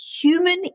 human